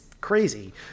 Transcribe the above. crazy